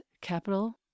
capital